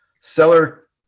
seller